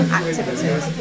activities